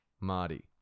Marty